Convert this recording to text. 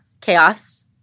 Chaos